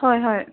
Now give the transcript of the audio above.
হয় হয়